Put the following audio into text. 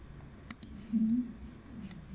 mm